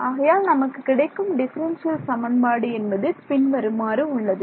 ஆகையால் நமக்கு கிடைக்கும் டிஃபரென்ஷியல் சமன்பாடு என்பது பின்வருமாறு உள்ளது